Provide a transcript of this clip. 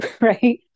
right